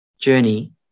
journey